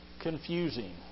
confusing